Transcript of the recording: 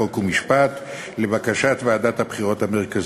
חוק ומשפט לבקשת ועדת הבחירות המרכזית,